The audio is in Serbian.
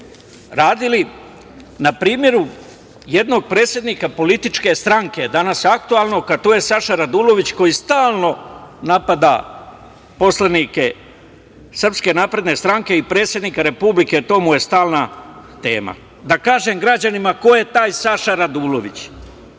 radili. Na primeru jednog predsednika političke stranke, danas aktuelnog, a to je Saša Radulović koji stalno napada poslanike Srpske napredne stranke i predsednika Republike, to mu je stalna tema. Da kažem građanima ko je taj Saša Radulović,